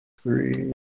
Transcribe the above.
three